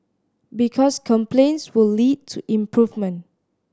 because complaints will lead to improvement